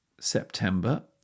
September